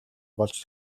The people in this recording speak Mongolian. болж